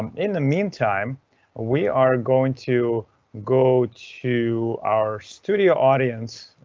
um in the mean time we are going to go to our studio audience,